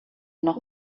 noch